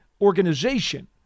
organization